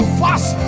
fast